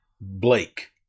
Blake